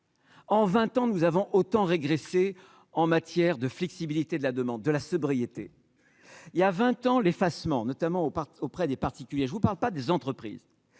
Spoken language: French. en 20 ans nous avons autant régressé en matière de flexibilité de la demande de la sobriété, il y a 20 ans, l'effacement notamment au auprès des particuliers, je vous parle pas des entreprises,